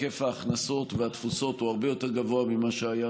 היקף ההכנסות והתפוסות הוא הרבה יותר גבוה ממה שהיה